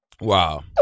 Wow